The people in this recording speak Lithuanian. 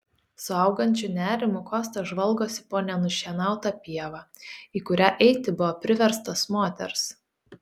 su augančiu nerimu kostas žvalgosi po nenušienautą pievą į kurią eiti buvo priverstas moters